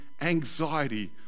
anxiety